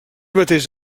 mateix